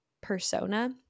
persona